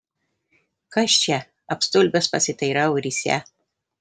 kas čia apstulbęs pasiteiravo risią